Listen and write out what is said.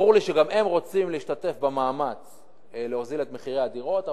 ברור לי שגם הם רוצים להשתתף במאמץ להוזיל את מחירי הדירות.